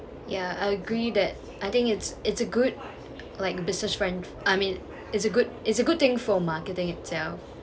ya I agree that I think it's it's a good like business trend I mean it's a good it's a good thing for marketing itself